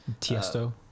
Tiesto